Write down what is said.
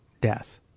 death